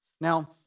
Now